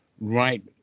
right